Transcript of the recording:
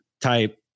type